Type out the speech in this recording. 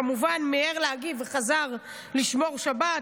כמובן מיהר להגיב וחזר לשמור שבת,